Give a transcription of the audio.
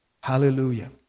Hallelujah